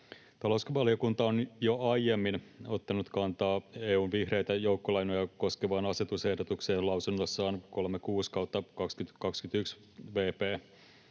Talousvaliokunta on jo aiemmin ottanut kantaa EU:n vihreitä joukkolainoja koskevaan asetusehdotukseen lausunnossaan 36/2021 vp.